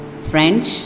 French